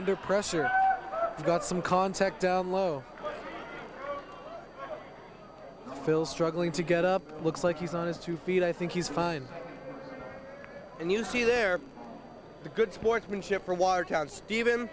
under pressure got some context low fill struggling to get up looks like he's on his two feet i think he's fine and you see there the good sportsmanship for watertown ste